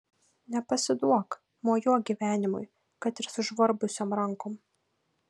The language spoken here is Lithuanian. nepasiduok mojuok gyvenimui kad ir sužvarbusiom rankom